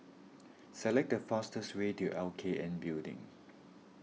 select the fastest way to L K N Building